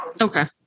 Okay